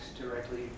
directly